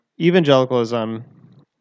evangelicalism